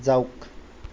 যাওক